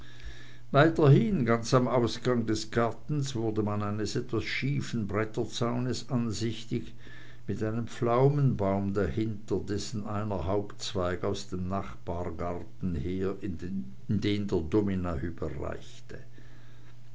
hin ganz am ausgange des gartens wurde man eines etwas schiefen bretterzaunes ansichtig mit einem pflaumenbaum dahinter dessen einer hauptzweig aus dem nachbargarten her in den der domina herüberreichte